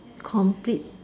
complete